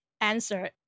answer